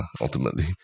ultimately